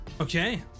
okay